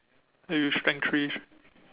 eh you strength three